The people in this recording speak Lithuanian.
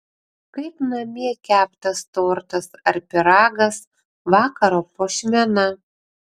kaip namie keptas tortas ar pyragas vakaro puošmena